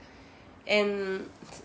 and